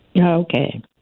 Okay